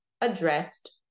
addressed